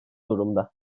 durumda